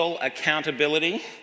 accountability